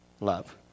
love